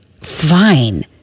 Fine